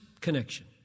connection